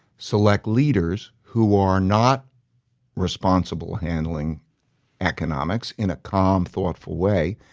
select leaders who are not responsible handling economics in a calm, thoughtful way,